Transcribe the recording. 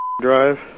drive